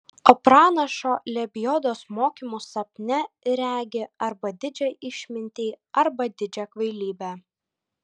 o pranašo lebiodos mokymu sapne regi arba didžią išmintį arba didžią kvailybę